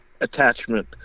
Attachment